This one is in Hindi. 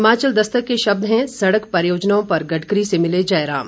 हिमाचल दस्तक के शब्द हैं सड़क परियोजनाओं पर गडकरी से मिले जयराम